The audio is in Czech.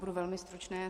Budu velmi stručná.